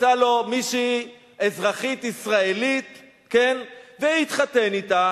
ימצא לו מישהי אזרחית ישראלית ויתחתן אתה.